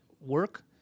work